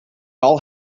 all